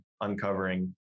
uncovering